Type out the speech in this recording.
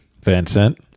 Vincent